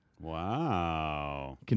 Wow